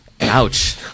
Ouch